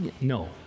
no